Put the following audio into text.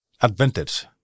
advantage